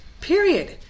period